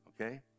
okay